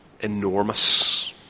enormous